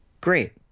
Great